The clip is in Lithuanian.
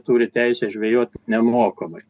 turi teisę žvejoti nemokamai